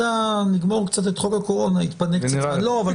נגמור קצת את חוק הקורונה ונתפנה קצת אבל אני